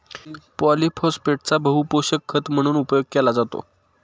पॉलिफोस्फेटचा बहुपोषक खत म्हणून उपयोग केला जातो